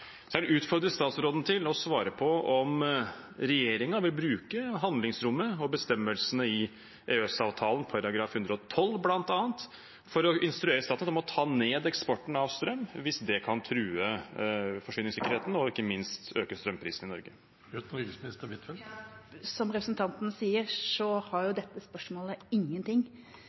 utfordre utenriksministeren til å svare på om regjeringen vil bruke handlingsrommet og bestemmelsene i EØS-avtalen, bl.a. artikkel 112, for å instruere Statnett om å ta ned eksporten av strøm hvis det kan true forsyningssikkerheten og ikke minst øke strømprisene i Norge. Som representanten sier, har dette spørsmålet ingenting